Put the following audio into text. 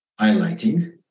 highlighting